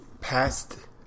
past